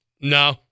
No